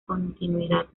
continuidad